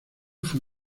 fue